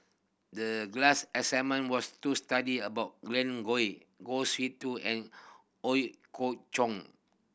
the class assignment was to study about Glen Goei Kwa Siew Too and Ooi Kok Chuen